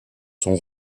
sont